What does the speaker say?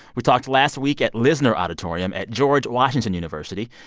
we talked last week at lisner auditorium at george washington university.